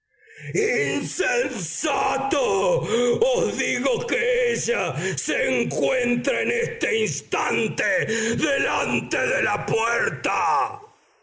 os digo que ella se encuentra en este instante delante de la puerta